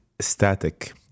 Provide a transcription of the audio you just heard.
static